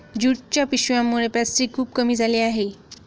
ज्यूटच्या पिशव्यांमुळे प्लॅस्टिक खूप कमी झाले आहे